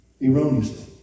erroneously